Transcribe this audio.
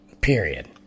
period